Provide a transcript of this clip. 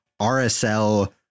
rsl